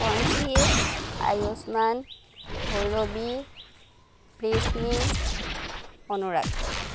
Pankhi Ayushman Bhairavi Bhishmi Anurag